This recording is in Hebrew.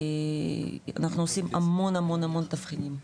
אנחנו עושים המון המון תבחינים.